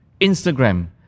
Instagram